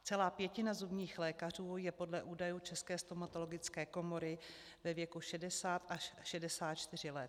Celá pětina zubních lékařů je podle údajů České stomatologické komory ve věku 60 až 64 let.